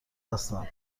هستم